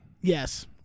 Yes